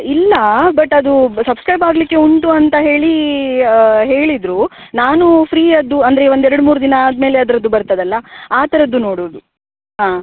ಇಲ್ಲ ಬಟ್ ಅದು ಸಬ್ಸ್ಕ್ರೈಬ್ ಆಗಲಿಕ್ಕೆ ಉಂಟು ಅಂತ ಹೇಳಿ ಹೇಳಿದ್ದರು ನಾನು ಫ್ರೀಯದ್ದು ಅಂದರೆ ಒಂದು ಎರಡು ಮೂರು ದಿನ ಆದ ಮೇಲೆ ಅದರದ್ದು ಬರ್ತದಲ್ಲ ಆ ಥರದ್ದು ನೋಡೋದು ಹಾಂ